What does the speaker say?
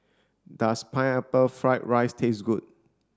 does pineapple fried rice taste good